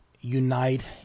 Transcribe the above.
unite